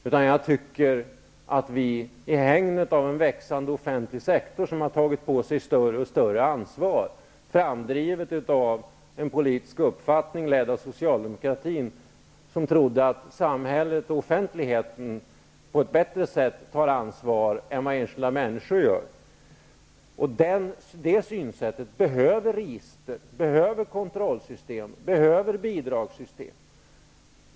I vårt land har en växande offentlig sektor, framdriven av en politisk uppfattning ledd av socialdemokratin, som trott att samhället och offentligheten på ett bättre sätt tar ansvar än vad enskilda människor gör, tagit på sig större och större ansvar. Det synsättet behöver register, behöver kontrollsystem, behöver bidragssystem.